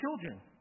children